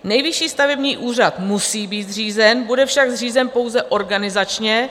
Nejvyšší stavební úřad musí být zřízen, bude však zřízen pouze organizačně.